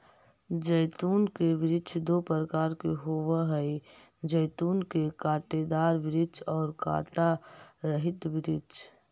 जैतून के वृक्ष दो प्रकार के होवअ हई जैतून के कांटेदार वृक्ष और कांटा रहित वृक्ष